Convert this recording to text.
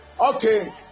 Okay